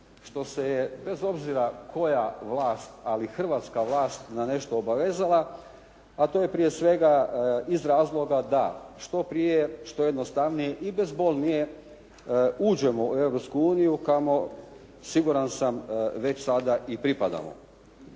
što se je bez obzira koja vlast, ali Hrvatska vlast na nešto obavezala, a to je prije svega iz razloga da što prije, što jednostavnije i bezbolnije uđemo u Europsku uniju kao što siguran sam već sada i pripadamo.